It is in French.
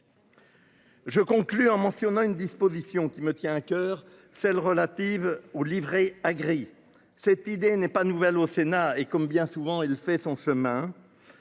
Je conclus en mentionnant une disposition qui me tient à coeur, celle relative au Livret A gris. Cette idée n'est pas nouvelle, au Sénat et comme bien souvent, il fait son chemin.